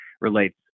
relates